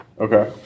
Okay